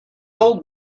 old